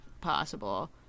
possible